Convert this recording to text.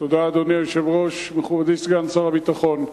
אדוני היושב-ראש, מכובדי סגן שר הביטחון,